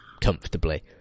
comfortably